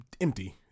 Empty